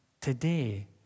today